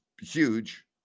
huge